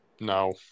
No